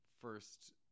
first